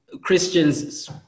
Christians